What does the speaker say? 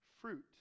fruit